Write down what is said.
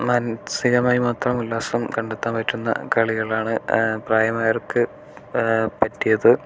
മാനസികമായി മാത്രം ഉല്ലാസം കണ്ടെത്താൻ പറ്റുന്ന കളികളാണ് പ്രായമായവർക്ക് പറ്റിയത്